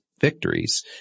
victories